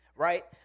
Right